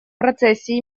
процессе